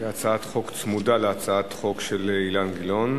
עם הצעת חוק שצמודה להצעת חבר הכנסת גילאון.